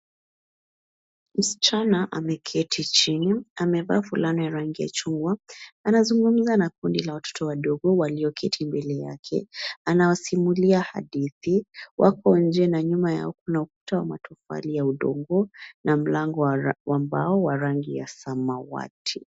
Msichana ameketi chini. Amevaa fulana ya rangi ya chungwa. Anazungumza na kundi la watoto wadogo walioketi mbele yake. Anawasimulia hadithi. Wapo nje na nyuma yao kuna ukuta wa matofali ya udongo na mlango wa mbao wa rangi ya samawati.